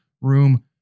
room